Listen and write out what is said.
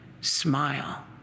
smile